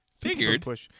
Figured